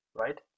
right